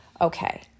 Okay